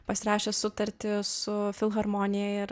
pasirašęs sutartį su filharmonija ir